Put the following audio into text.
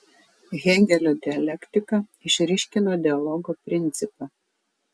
hėgelio dialektika išryškino dialogo principą